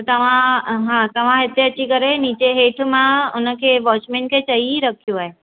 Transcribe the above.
तव्हां हा तव्हां इते अची करे नीचे हेठि मां हुनखे वॉचमेन खे चई रखियो आहे